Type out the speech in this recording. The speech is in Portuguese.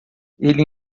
ele